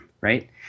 right